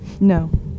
No